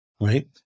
right